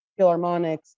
philharmonics